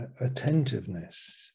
attentiveness